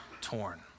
torn